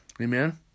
Amen